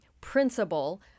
principle